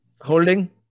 Holding